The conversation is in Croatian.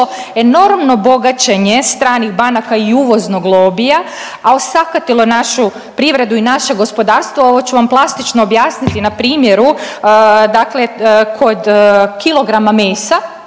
enormno bogaćenje stranih banaka i uvoznog lobija, a osakatilo našu privredu i naše gospodarstvo. Ovo ću vam plastično objasniti na primjeru, dakle kod kilograma mesa